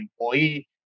employee